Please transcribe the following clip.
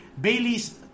Bailey's